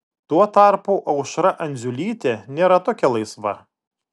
tuo tarpu aušra andziulytė nėra tokia laisva